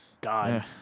God